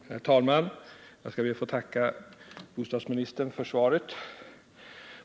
Herr talman! Jag skall be att få tacka bostadsministern för svaret.